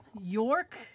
York